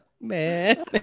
man